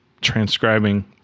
transcribing